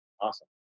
awesome